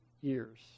years